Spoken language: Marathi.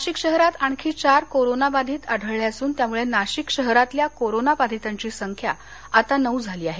नाशिक शहरात आणखी चार कोरोना बाधीत आढळले असून त्यामुळे नाशिक शहरातल्या कोरोना बाधीतांची संख्या आता नऊ झाली आहे